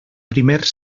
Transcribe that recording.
primers